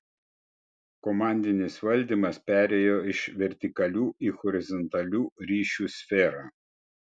komandinis valdymas perėjo iš vertikalių į horizontalių ryšių sferą